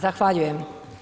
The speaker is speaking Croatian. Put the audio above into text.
Zahvaljujem.